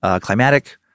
climatic